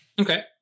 Okay